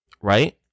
right